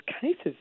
cases